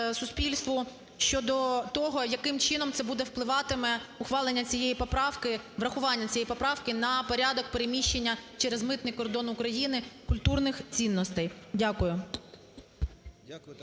щодо того, яким чином це буде впливати, ухвалення цієї поправки, врахування цієї поправки, на порядок переміщення через митний кордон України культурних цінностей. Дякую.